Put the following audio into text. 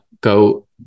go